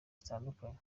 zitandukanye